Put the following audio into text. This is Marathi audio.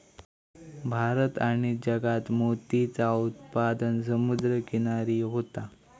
भारत आणि जगात मोतीचा उत्पादन समुद्र किनारी होता